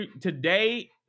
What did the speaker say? today